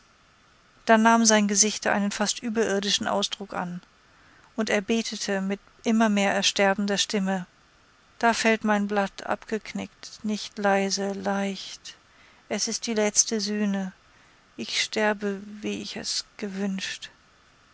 da nahm sein gesicht einen fast überirdischen ausdruck an und er betete mit immer mehr ersterbender stimme da fällt mein blatt abgeknickt nicht leise leicht es ist die letzte sühne ich sterbe wie wie ich es gewünscht